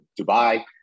Dubai